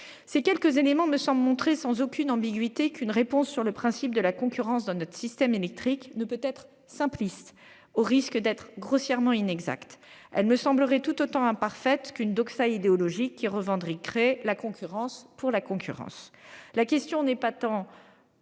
Ces quelques éléments me semblent montrer sans aucune ambiguïté qu'une réponse sur le principe de la concurrence dans notre système électrique ne peut pas être simpliste, au risque d'être grossièrement inexacte. Elle me semblerait tout aussi imparfaite qu'une doxa idéologique qui revendiquerait la concurrence pour la concurrence. La question porte non pas tant